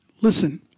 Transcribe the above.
Listen